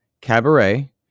Cabaret